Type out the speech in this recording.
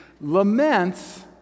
laments